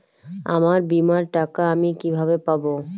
আমার বীমার টাকা আমি কিভাবে পাবো?